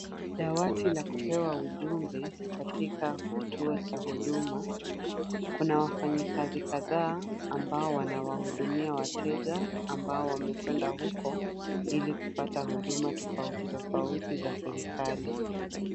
Dawati la kupewa ujumbe katika kituo cha Huduma. Kuna wafanyikazi kadhaa ambao wana wahudumia wateja ambao wamekwenda huko ili kupata huduma tofauti tofauti za serikali.